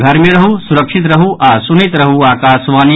घर मे रहू सुरक्षित रहू आ सुनैत रहू आकाशवाणी